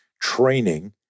training